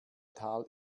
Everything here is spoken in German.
tal